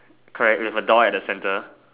correct with a door at the center